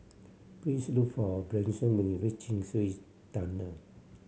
please look for Branson when you reach Chin Swee Dunnel